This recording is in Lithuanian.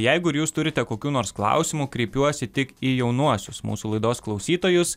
jeigu ir jūs turite kokių nors klausimų kreipiuosi tik į jaunuosius mūsų laidos klausytojus